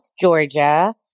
Georgia